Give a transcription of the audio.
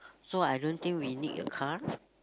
so I don't think we need a car